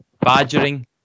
badgering